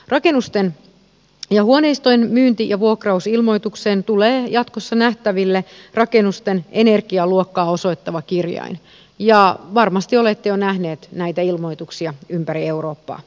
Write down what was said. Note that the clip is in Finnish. rakennusten ja huoneistojen myynti ja vuokrausilmoitukseen tulee jatkossa nähtäville rakennusten energialuokkaa osoittava kirjain ja varmasti olette jo nähneet näitä ilmoituksia ympäri eurooppaa